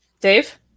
Dave